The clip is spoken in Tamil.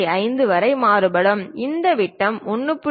5 வரை மாறுபடும் இந்த விட்டம் 1